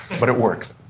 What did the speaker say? but it works.